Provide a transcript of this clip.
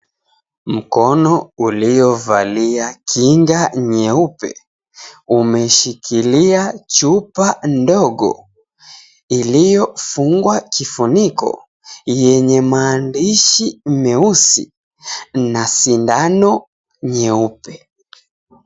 Mkono uliovalia kinga nyeupe umeshikilia chupa ndogo iliyofungwa kifuniko yenye maandishi meusi na sindano nyeupe.